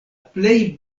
plej